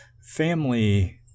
family